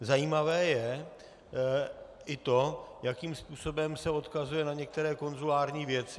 Zajímavé je i to, jakým způsobem se odkazuje na některé konzulární věci.